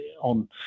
on